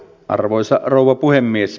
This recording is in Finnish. arvoisa rouva puhemies